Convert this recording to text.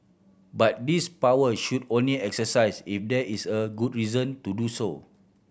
but this power should only exercised if there is a good reason to do so